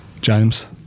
James